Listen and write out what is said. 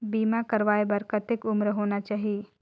बीमा करवाय बार कतेक उम्र होना चाही?